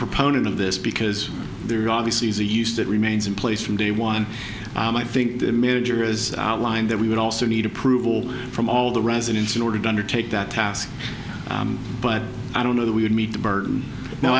proponent of this because there obviously is a use that remains in place from day one i think the major is line that we would also need approval from all the residents in order to undertake that task but i don't know that we would meet the burden now